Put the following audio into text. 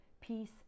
peace